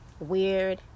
weird